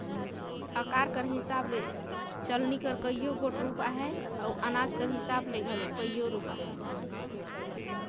अकार कर हिसाब ले चलनी कर कइयो गोट रूप अहे अउ अनाज कर हिसाब ले घलो कइयो रूप अहे